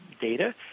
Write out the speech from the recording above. data